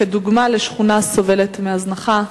שכונה הסובלת מהזנחה.